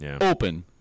open